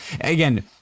again